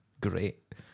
Great